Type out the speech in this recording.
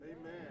Amen